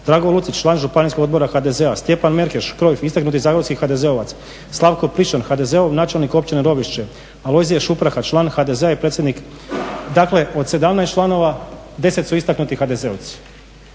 Drago Lucić, član županijskog odbora HDZ-a, Stjepan Merkeš, … istaknutih zagorskih HDZ-ovaca, Slavko …, HDZ-ov načelnik Općine Rovišće, Alojzije …, član HDZ-a i predsjednik. Dakle, od 17 članova, 10 su istaknuti HDZ-ovci.